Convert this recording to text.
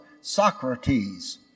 Socrates